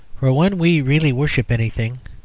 for when we really worship anything,